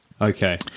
Okay